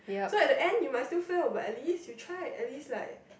so at the end you might still feel about at least you try at least like